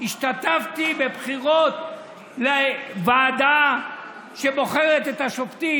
השתתפתי בבחירות לוועדה שבוחרת את השופטים,